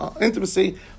intimacy